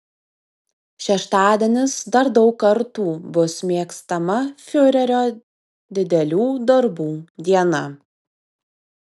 šeštadienis dar daug kartų bus mėgstama fiurerio didelių darbų diena